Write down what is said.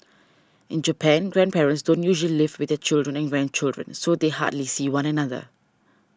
in Japan grandparents don't usually live with their children and grandchildren so they hardly see one another